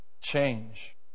Change